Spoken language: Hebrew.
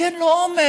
כי אין לו אומץ.